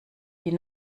die